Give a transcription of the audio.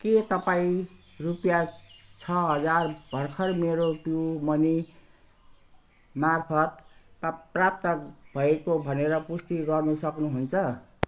के तपाईँ रुपियाँ छ हजार भर्खर मेरो मनीमार्फत् प्र प्राप्त भएको भनेर पुष्टि गर्न सक्नुहुन्छ